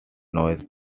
noise